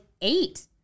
eight